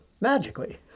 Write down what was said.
magically